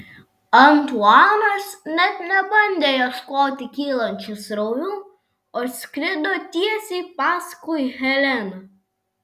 antuanas net nebandė ieškoti kylančių srovių o skrido tiesiai paskui heleną